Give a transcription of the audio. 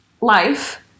life